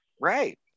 right